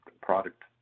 product